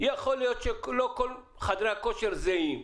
ויכול להיות שלא כל חדרי הכושר זהים.